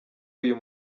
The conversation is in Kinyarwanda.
uyu